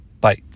bye